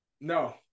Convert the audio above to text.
No